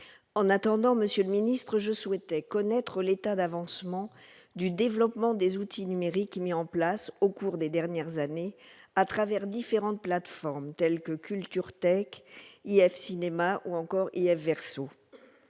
En attendant, monsieur le secrétaire d'État, je souhaite connaître l'état de développement des outils numériques mis en place au cours des dernières années, au travers de différentes plateformes telles que Culturethèque, IFcinéma ou encore IFverso.